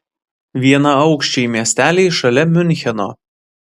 vienaaukščiai miesteliai šalia miuncheno